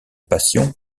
passion